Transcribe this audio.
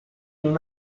non